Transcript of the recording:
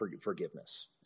forgiveness